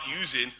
using